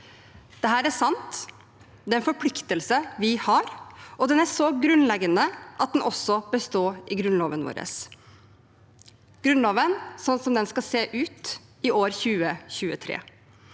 Dette er sant. Det er en forpliktelse vi har, og det er så grunnleggende at det også bør stå i grunnloven vår slik den skal se ut i 2023.